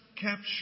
capture